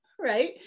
right